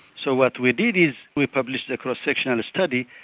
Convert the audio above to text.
so what we did is we published a cross-sectional study.